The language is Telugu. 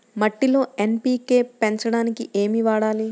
మట్టిలో ఎన్.పీ.కే పెంచడానికి ఏమి వాడాలి?